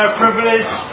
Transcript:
privilege